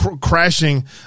crashing